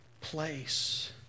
place